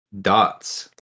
dots